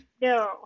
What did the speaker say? No